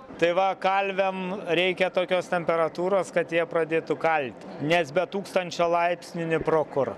tai va kalviam reikia tokios temperatūros kad jie pradėtų kalti nes be tūkstančio laipsnių nė pro kur